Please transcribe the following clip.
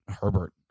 Herbert